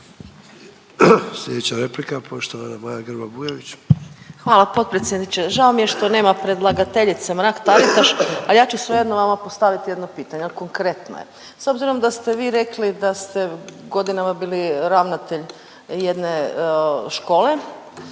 Slijedeća replika poštovana Maja Grba Bujević. **Grba-Bujević, Maja (HDZ)** Hvala potpredsjedniče. Žao mi je što nema predlagateljice Mrak-Taritaš, al ja ću svejedno vama postaviti jedno pitanje, a konkretno je. S obzirom da ste vi rekli da ste godinama bili ravnatelj jedne škole,